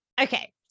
okay